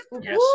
yes